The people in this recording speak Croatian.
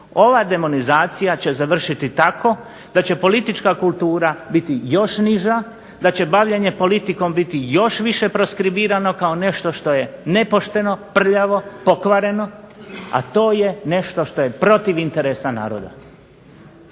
ova demonizacija će završiti tako da će politička kultura biti još niža, da će bavljenje politikom biti još više proskribirano kao nešto što je nepošteno, prljavo, pokvareno, a to je nešto što je protiv interesa naroda.